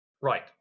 right